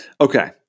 Okay